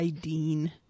Dean